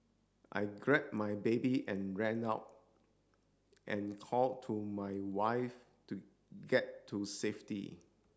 I grabbed my baby and ran out and called to my wife to get to safety